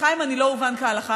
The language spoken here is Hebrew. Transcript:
סליחה אם אני לא אובן כהלכה,